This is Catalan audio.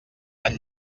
tan